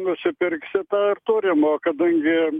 nusipirksim tą ir turim o kadangi